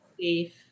safe